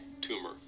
tumor